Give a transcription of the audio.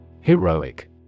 Heroic